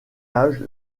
âge